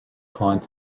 client